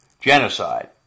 genocide